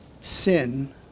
Sin